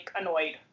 annoyed